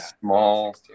small